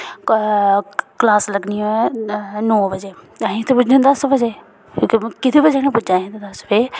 class लग्गनी होऐ नौ बजे असें उ'त्थें पुज्जना दस बजे कि केह्दी बजह् नै पुज्जा ने दस बजे